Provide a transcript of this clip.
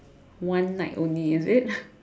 one night only is it